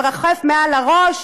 מרחף מעל הראש,